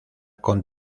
con